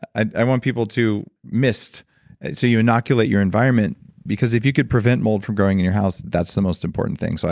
i want people to mist so you inoculate your environment because if you could prevent mold from growing in your house, that's the most important thing. so